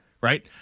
Right